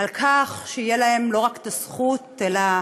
שלא רק תהיה להם הזכות אלא